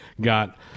got